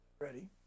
Ready